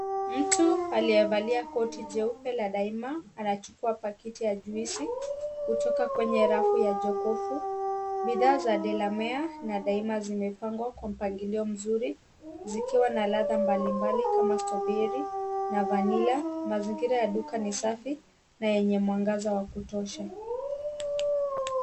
Mtu aliyevalia koti jeupe la Daima, anachukua pakiti ya juisi kutoka kwenye rafu ya jokofu. Bidhaa za Delamere na Daima zimepangwa kwa mpangilio mzuri, zikiwa na ladha mbalimbali kama stoberi na vanila . Mazingira ya duka ni safi, na yenye mwangaza wa kutosha.